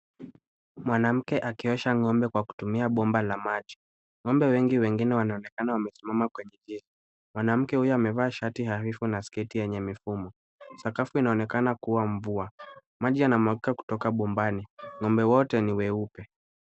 Mwanamke akiosha ng'ombe kwa kutumia bomba la maji. Ngombe wengi wengine wanaonekana wamesimama kwenye zizi. Mwanamke huyo amevalia shati hafifu na sketi yenye mifumo. Sakafu inaonekana kuwa mvua. Maji yanamwagika kutoka bombani. Ng'ombe wote ni weupe.